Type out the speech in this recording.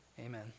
amen